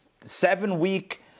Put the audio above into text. seven-week